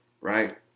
right